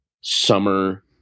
summer